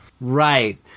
Right